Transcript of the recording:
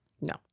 No